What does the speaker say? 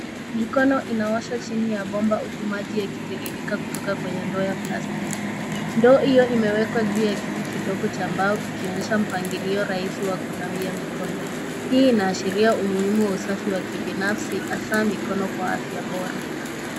Mikono inaosha chini ya bomba huku maji yakitiririka kutoka kwenye ndoo ya plastiki. Ndoo hiyo imewekwa juu ya kiti kidogo cha mbao ikionyesha mpangilio raisi wa kunawia mikono. Hii inaashiria umuhimu wa usafi wa kibinafsi hasa mikono kwa afya bora.